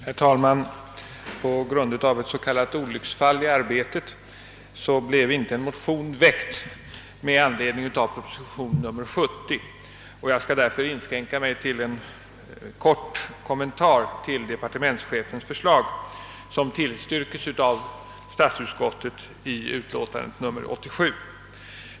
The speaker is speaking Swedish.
Herr talman! På grund av ett s.k. olycksfall i arbetet blev en motion inte väckt med anledning av proposition nr 70. Jag skall därför inskränka mig till en kort kommentar till departementschefens förslag, som tillstyrkts i statsutskottets utlåtande nr 87.